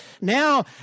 Now